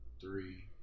three